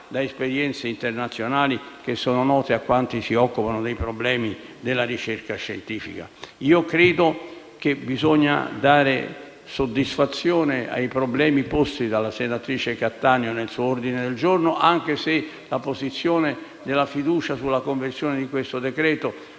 da esperienze internazionali note a quanti si occupano dei problemi della ricerca scientifica. Io credo che bisogna dare soddisfazione ai problemi posti dalla senatrice Cattaneo nel suo ordine del giorno, nonostante l'apposizione della questione di fiducia sulla conversione di questo decreto.